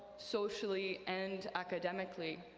socially, and academically.